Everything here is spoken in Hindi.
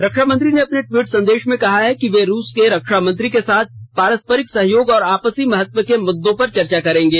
रक्षामंत्री ने अपने ट्वीट में कहा है कि वे रूस के रक्षा मंत्री के साथ पारस्प्रिक सहयोग और आपसी महत्व के मुद्दों पर चर्चा करेंगे